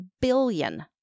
billion